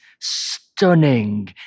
stunning